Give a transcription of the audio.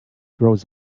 grows